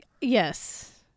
Yes